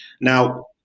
Now